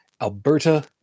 alberta